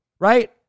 right